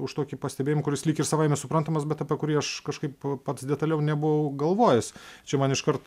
už tokį pastebėjimą kuris lyg ir savaime suprantamas bet apie kurį aš kažkaip pats detaliau nebuvau galvojęs čia man iškart